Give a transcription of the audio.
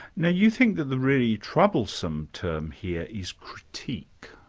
now, you think that the really troublesome term here is critique.